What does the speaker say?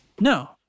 No